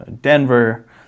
Denver